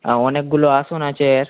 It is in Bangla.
হ্যাঁ অনেকগুলো আসন আছে এর